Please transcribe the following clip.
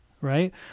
right